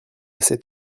cet